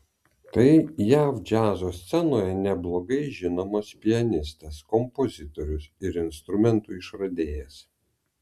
tai jav džiazo scenoje neblogai žinomas pianistas kompozitorius ir instrumentų išradėjas